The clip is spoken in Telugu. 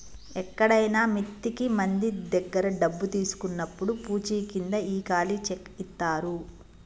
ఎక్కడైనా మిత్తికి మంది దగ్గర డబ్బు తీసుకున్నప్పుడు పూచీకింద ఈ ఖాళీ చెక్ ఇత్తారు